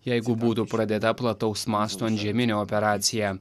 jeigu būtų pradėta plataus masto antžeminė operacija